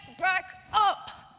back up?